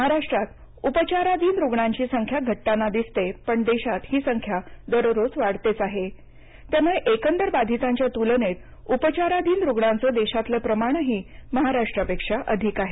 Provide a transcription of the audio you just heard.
महाराष्ट्रात उपचारधीन रुग्णांची संख्या घटताना दिसते पण देशात ही संख्या दररोज वाढतेच आहे त्यामुळे एकदर बाधितांच्या तुलनेत उपचाराधीन रुग्णांचं देशातलं प्रमाणही महाराष्ट्रापेक्षा अधिक आहे